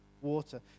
water